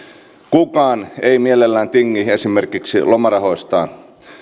kukaan ei mielellään tingi esimerkiksi lomarahoistaan